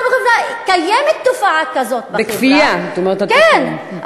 קיימת תופעה כזאת בחברה, בכפייה, זאת אומרת, כן.